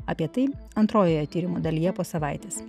apie tai antrojoje tyrimo dalyje po savaitės